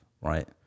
right